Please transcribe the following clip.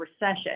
recession